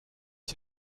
you